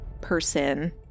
person